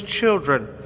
children